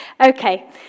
Okay